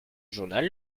journal